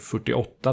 48